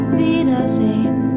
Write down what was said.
wiedersehen